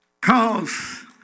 cause